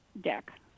deck